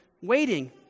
waiting